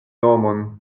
nomon